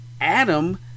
Adam